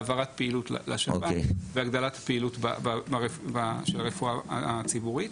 העברת פעילות לשב"ן והגדלת הפעילות של הרפואה הציבורית,